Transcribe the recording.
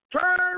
turn